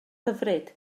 hyfryd